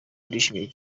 ndishimye